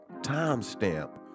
timestamp